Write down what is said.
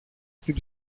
στην